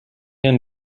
and